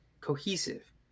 cohesive